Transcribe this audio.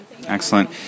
Excellent